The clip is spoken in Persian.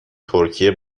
ترکیه